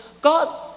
God